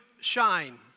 shine